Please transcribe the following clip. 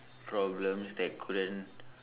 problems that couldn't